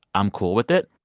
i'm cool with it.